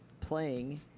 playing